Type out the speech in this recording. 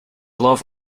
love